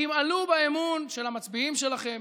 תמעלו באמון של המצביעים שלכם,